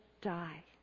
die